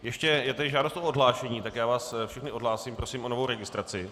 Ještě je tu žádost o odhlášení, tak vás všechny odhlásím, prosím o novou registraci.